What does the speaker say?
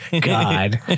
god